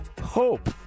hope